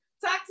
talk